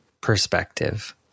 perspective